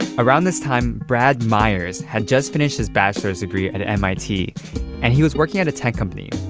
around this time, brad myers had just finished his bachelor's degree at at mit and he was working at a tech company.